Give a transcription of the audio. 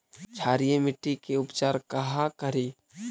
क्षारीय मिट्टी के उपचार कहा करी?